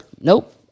Nope